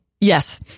Yes